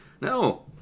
No